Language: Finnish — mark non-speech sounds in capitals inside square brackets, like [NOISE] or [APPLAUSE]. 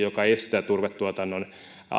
[UNINTELLIGIBLE] joka estää turvetuotannon